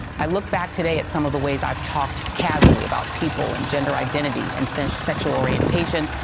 i look back today at some of the ways i've talked casually about people, and gender identity, and so sexual orientation,